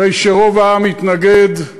אחרי שרוב העם התנגד,